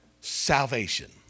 salvation